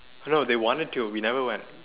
no they wanted to we never went